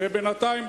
ובינתיים,